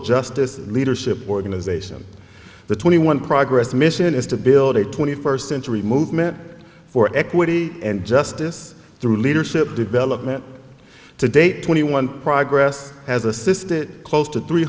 justice leadership organization the twenty one progress mission is to build a twenty first century movement for equity and justice through leadership development today twenty one progress has assisted close to three